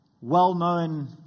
well-known